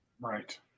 Right